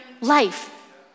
life